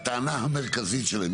הטענה המרכזית שלהם,